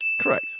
Correct